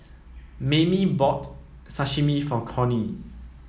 Maymie bought Sashimi for Cornie